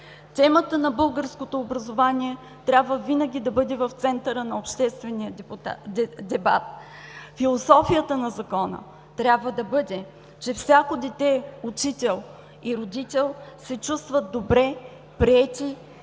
Темата на българското образование трябва винаги да бъде в центъра на обществения дебат. Философията на Закона трябва да бъде, че всяко дете, учител и родител се чувстват добре приети